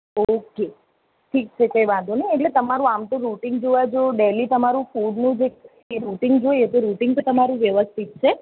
okay ઠીક છે કાંઈ વાંધો નહીં એટલે તમારું આમ તો રુટિન જોવા જો ડેલી તમારું ફૂડનું જે રુટિન જોઈએ તો રૂટિન તો તમારું વ્યવસ્થિત છે